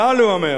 אבל, הוא אומר: